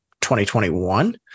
2021